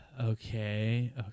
Okay